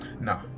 No